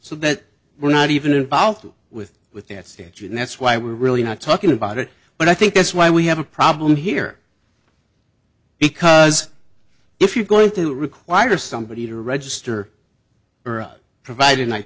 so that we're not even involved with with that stage and that's why we're really not talking about it but i think that's why we have a problem here because if you're going to require somebody to register or provid